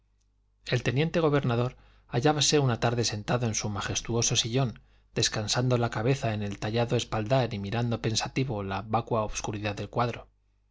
el teniente gobernador hallábase una tarde sentado en su majestuoso sillón descansando la cabeza en el tallado espaldar y mirando pensativo la vacua obscuridad del cuadro